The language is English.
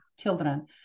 children